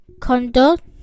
conduct